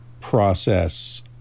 process